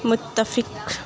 متفق